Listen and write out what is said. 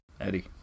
Eddie